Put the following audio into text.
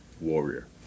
Warrior